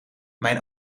mijn